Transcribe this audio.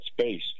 space